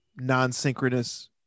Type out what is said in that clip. Non-synchronous